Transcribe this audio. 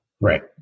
Right